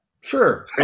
Sure